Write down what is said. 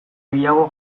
gehiago